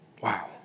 Wow